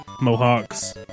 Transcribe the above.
Mohawks